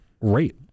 rate